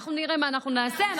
אנחנו נראה מה אנחנו נעשה.